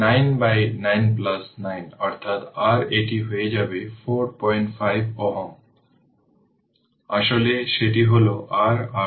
কিন্তু আমরা জানি যে vL L di dt এবং vR I r